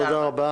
תודה רבה.